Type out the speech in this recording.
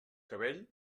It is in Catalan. cabell